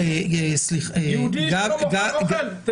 יהודים שלא מוכרים אוכל?